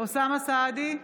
אוסאמה סעדי,